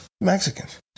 Mexicans